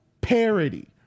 parody